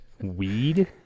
weed